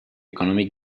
economic